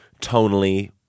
tonally